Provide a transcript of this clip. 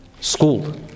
School